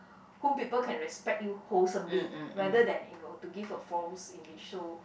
whom people can respect you wholesomely rather than you know to give a false image so